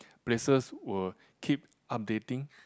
places will keep updating